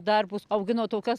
darbus augino tokias